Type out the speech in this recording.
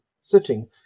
sitting